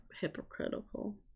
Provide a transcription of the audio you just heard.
hypocritical